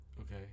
Okay